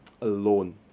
alone